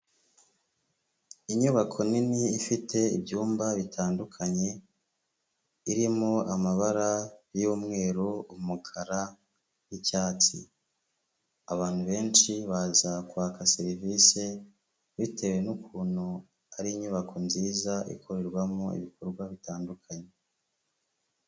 Inyubako nini ifite ibyumba bitandukanye, irimo amabara y'umweru, umukara, n'icyatsi, abantu benshi baza kwaka serivisi, bitewe n'ukuntu ari inyubako nziza ikorerwamo ibikorwa bitandukanye.